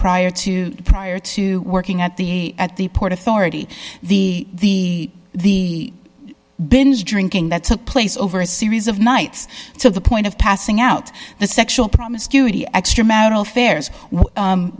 prior to prior to working at the at the port authority the the binge drinking that took place over a series of nights to the point of passing out the sexual promiscuity extramarital affairs